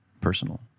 personal